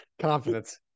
Confidence